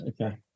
okay